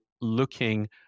looking